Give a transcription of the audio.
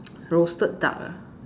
roasted duck ah